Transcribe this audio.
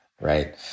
right